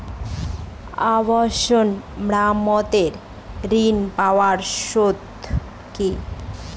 আবাসন মেরামতের ঋণ পাওয়ার শর্ত কি?